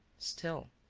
still.